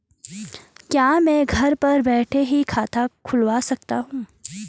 क्या मैं घर बैठे ही खाता खुलवा सकता हूँ?